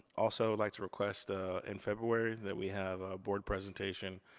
also would like to request ah in february that we have a board presentation,